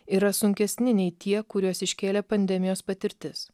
yra sunkesni nei tie kuriuos iškėlė pandemijos patirtis